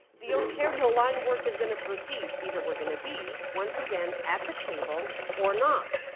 the ontario line work is going to proceed, either we're going to be once again at the table or not.